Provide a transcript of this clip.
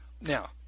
Now